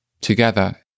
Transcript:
Together